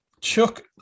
Chuck